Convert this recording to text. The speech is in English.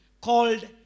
called